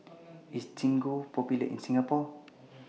IS Gingko Popular in Singapore